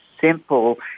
simple